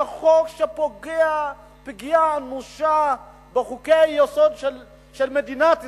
זה חוק שפוגע פגיעה אנושה בחוקי-היסוד של מדינת ישראל,